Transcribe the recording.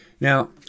Now